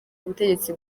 ubutegetsi